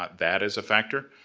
but that is a factor.